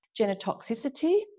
genotoxicity